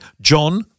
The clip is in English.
John